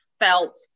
felt